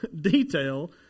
detail